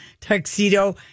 tuxedo